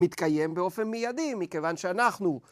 מתקיים באופן מיידי, מכיוון שאנחנו.